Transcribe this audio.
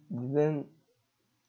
th~ then